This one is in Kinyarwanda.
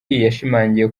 yashimangiye